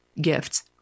gifts